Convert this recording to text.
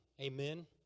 Amen